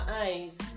eyes